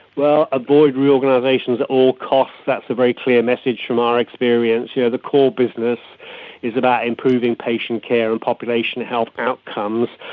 well, a board reorganisation is all cost, that's a very clear message from our experience. yeah the core business is about improving patient care and population health outcomes.